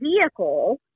vehicle